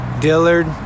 Dillard